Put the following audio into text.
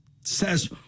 says